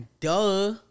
Duh